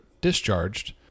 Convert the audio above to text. discharged